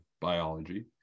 biology